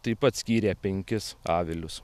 taip pat skyrė penkis avilius